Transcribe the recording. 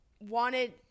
wanted